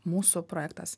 mūsų projektas